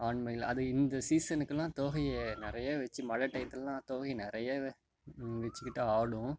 ஆண் மயில் அது இந்த சீசனுக்கெல்லாம் தோகையை நிறைய வச்சு மழை டைத்துலலாம் தோகையை நிறைய விரிச்சிக்கிட்டு ஆடும்